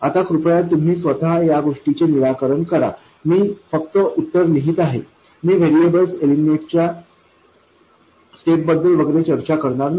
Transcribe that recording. आता कृपया तुम्ही स्वत या गोष्टीचे निराकरण करा मी फक्त उत्तर लिहित आहे मी व्हेरिएबल्स इलिमनेट च्या स्टेप बद्दल वगैरे चर्चा करणार नाही